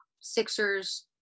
Sixers